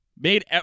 Made